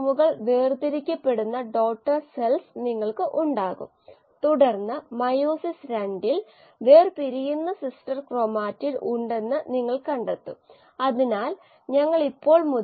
കോശങ്ങൾ നമ്മൾ ഒരു അടിസ്ഥാന ബയോളജി കോഴ്സിൽ പഠിച്ചിരിക്കാം അവ കോശങ്ങളുടെ സൈക്കിൾ എന്ന് വിളിക്കപ്പെടുന്നവയ്ക്ക് വിധേയമാകുന്നു മാത്രമല്ല ഇത് എല്ലായ്പ്പോഴും ഒരുതരം വളർച്ചയായി കാണപ്പെടുന്നു എല്ലായ്പ്പോഴും അല്ല